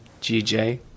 GJ